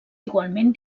igualment